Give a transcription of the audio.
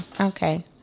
Okay